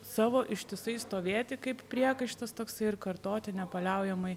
savo ištisai stovėti kaip priekaištas toksai ir kartoti nepaliaujamai